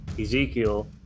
ezekiel